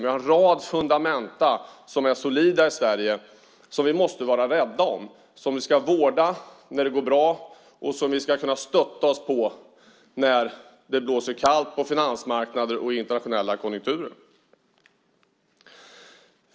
Vi har en rad fundamenta som är solida i Sverige som vi måste vara rädda om, som vi ska vårda när det går bra och som vi ska kunna stödja oss på när det blåser kallt på finansmarknader och i internationella konjunkturer.